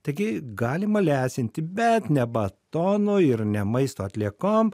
taigi galima lesinti bet ne batonu ir ne maisto atliekom